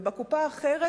ובקופה אחרת,